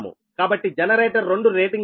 కాబట్టి generator 2 rating వచ్చి 15 MVA 6